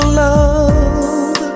love